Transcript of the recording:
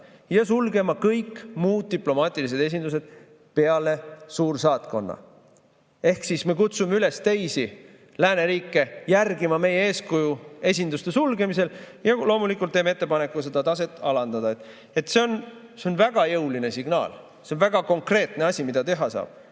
ja sulgema kõik muud diplomaatilised esindused peale suursaatkonna. Ehk me kutsume üles teisi lääneriike järgima meie eeskuju esinduste sulgemisel ja loomulikult teeme ettepaneku seda taset alandada. See on väga jõuline signaal, see on väga konkreetne asi, mida teha saab.